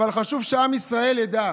אבל חשוב שעם ישראל ידע: